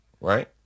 Right